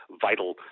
vital